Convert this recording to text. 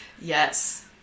Yes